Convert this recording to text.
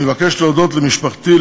אני מבקש להודות למשפחתי,